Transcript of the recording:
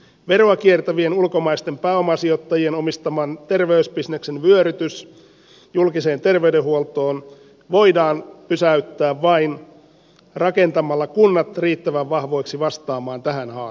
veroa kiertävien ulkomaisten pääomasijoittajien omistaman terveysbisneksen vyörytys julkiseen terveydenhuoltoon voidaan pysäyttää vain rakentamalla kunnat riittävän vahvoiksi vastaamaan tähän haasteeseen